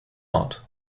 out